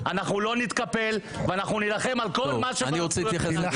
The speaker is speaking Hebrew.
לא נתקפל ונילחם על כל מה --- תילחמו,